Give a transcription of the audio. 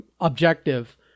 objective